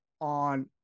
on